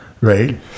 right